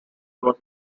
was